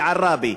בעראבה,